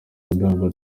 ubudahangarwa